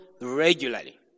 regularly